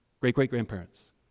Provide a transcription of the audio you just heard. great-great-grandparents